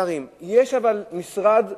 אבל יש משרד במדינה,